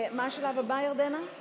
הבא על